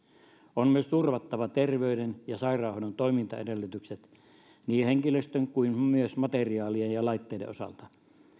on myös turvattava terveyden ja sairaanhoidon toimintaedellytykset niin henkilöstön kuin myös materiaalien ja laitteiden osalta